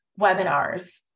webinars